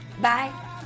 Bye